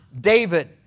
David